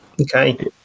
Okay